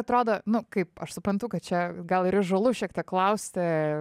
atrodo nu kaip aš suprantu kad čia gal ir įžūlu šiek tiek klausti